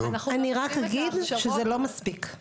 רק אגיד שזה לא מספיק.